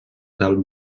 del